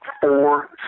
four